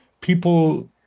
people